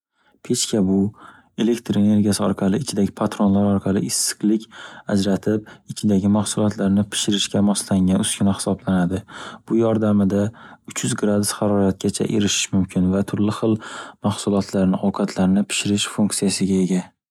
Pechka bu, elektr energiyasi orqali ichidagi patronlar orqali issiqlik ajratib, ichidagi mahsulotlarni pishirishga moslangan uskuna hisoblanadi. Bu yordamida uch yuz gradus haroratgacha erishish mumkin va turli xil mahsulotlarni ovqatlarni pishirish funksiyasiga ega.